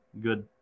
Good